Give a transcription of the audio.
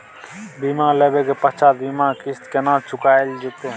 बीमा लेबा के पश्चात बीमा के किस्त केना चुकायल जेतै?